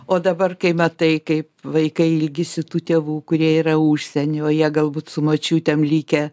o dabar kai matai kaip vaikai ilgisi tų tėvų kurie yra užsieny o jie galbūt su močiutėm likę